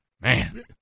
man